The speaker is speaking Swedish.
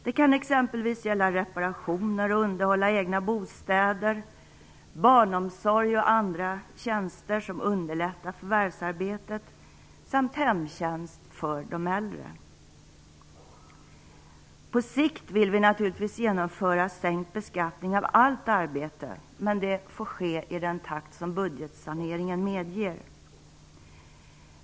Det kan exempelvis gälla reparationer och underhåll av egna bostäder, barnomsorg och andra tjänster som underlättar förvärvsarbetet samt hemtjänst för de äldre. På sikt vill vi naturligtvis genomföra sänkt beskattning av allt arbete, men det får ske i den takt som budgetsaneringen medger.